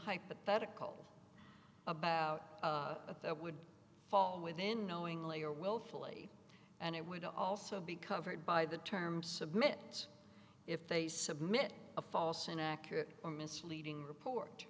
hypothetical about that would fall within knowingly or willfully and it would also be covered by the term submit if they submit a false inaccurate or misleading report